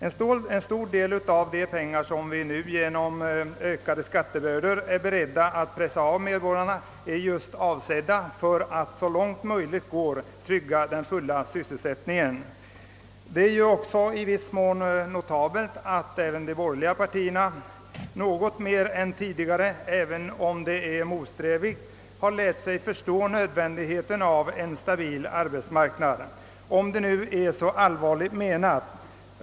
En stor del av de pengar vi nu genom ökade skattebördor är beredda att pressa av medborgarna är just avsedd till att så långt möjligt trygga den fulla sysselsättningen. Det är i viss mån notabelt att även de borgerliga partierna något mindre än tidigare — även om det är motsträvigt — har lärt sig att förstå nödvändigheten av en stabil arbetsmarknad, om nu denna förståelse är så ärligt menad.